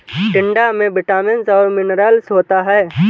टिंडा में विटामिन्स और मिनरल्स होता है